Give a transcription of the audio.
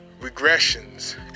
regressions